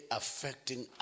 affecting